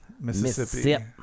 Mississippi